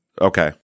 okay